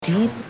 Deep